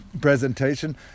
presentation